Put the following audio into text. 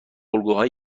الگوهای